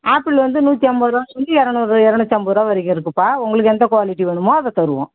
apple வந்து நூற்றி ஐம்பது ரூபாலேந்து இருநூறு இருநூத்தி ஐம்பது ரூபா வரைக்கும் இருக்குதுப்பா உங்களுக்கு எந்த குவாலிட்டி வேணுமோ அதை தருவோம்